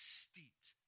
steeped